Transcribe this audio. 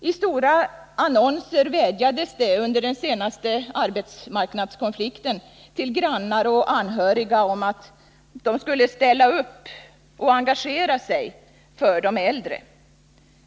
I stora annonser vädjades det under den senaste arbetsmarknadskonflikten till grannar och anhöriga om att de skulle ställa upp och engagera sig för de äldre.